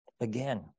again